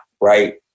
Right